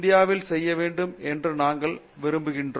மூர்த்தி இந்தியாவில் செய்ய வேண்டும் என்று நாங்கள் விரும்புகிறோம்